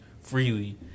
freely